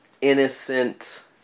innocent